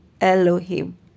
Elohim